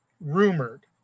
rumored